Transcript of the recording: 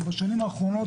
ובשנים האחרונות